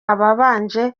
ababanje